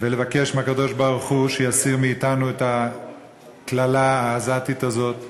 ולבקש מהקדוש-ברוך-הוא שיסיר מאתנו את הקללה העזתית הזאת.